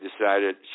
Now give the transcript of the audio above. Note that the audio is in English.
decided